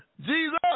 Jesus